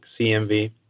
CMV